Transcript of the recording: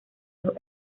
los